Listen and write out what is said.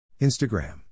Instagram